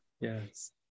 Yes